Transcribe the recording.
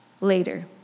later